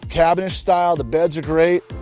cabin-style, the beds are great.